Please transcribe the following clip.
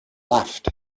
left